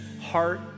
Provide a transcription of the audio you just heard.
heart